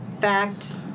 fact